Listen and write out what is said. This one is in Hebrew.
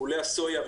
פולי הסויה,